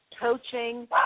coaching